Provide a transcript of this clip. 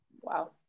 wow